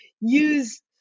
use